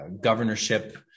governorship